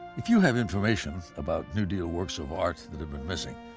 if you have information about new deal works of art that have been missing,